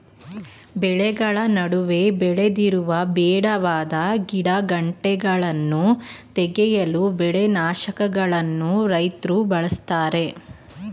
ಬೆಳೆಗಳ ನಡುವೆ ಬೆಳೆದಿರುವ ಬೇಡವಾದ ಗಿಡಗಂಟೆಗಳನ್ನು ತೆಗೆಯಲು ಕಳೆನಾಶಕಗಳನ್ನು ರೈತ್ರು ಬಳ್ಸತ್ತರೆ